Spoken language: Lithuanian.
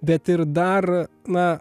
bet ir dar na